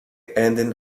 enden